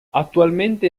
attualmente